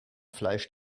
fleisch